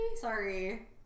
Sorry